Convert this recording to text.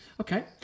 Okay